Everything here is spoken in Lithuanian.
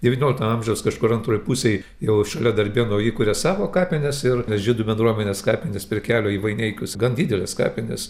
devyniolikto amžiaus kažkur antroj pusėj jau šalia darbėnų įkuria savo kapines ir žydų bendruomenės kapinės prie kelio į vaineikius gan didelės kapinės